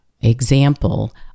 example